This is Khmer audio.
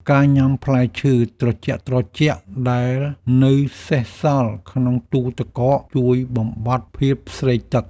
ការញ៉ាំផ្លែឈើត្រជាក់ៗដែលនៅសេសសល់ក្នុងទូទឹកកក ជួយបំបាត់ភាពស្រេកទឹក។